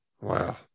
Wow